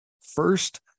first